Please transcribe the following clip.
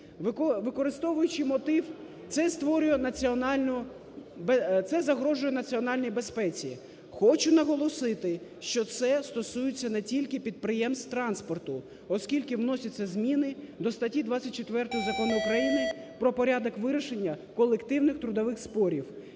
створює національну… це загрожує національній безпеці". Хочу наголосити, що це стосується не тільки підприємств транспорту, оскільки вносяться зміни до статті 24 Закону України "Про порядок вирішення колективних трудових спорів",